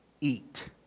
eat